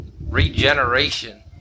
regeneration